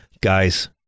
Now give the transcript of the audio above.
Guys